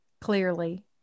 clearly